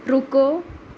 ਰੁਕੋ